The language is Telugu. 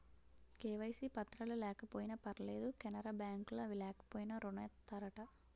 కే.వై.సి పత్రాలు లేకపోయినా పర్లేదు కెనరా బ్యాంక్ లో అవి లేకపోయినా ఋణం ఇత్తారట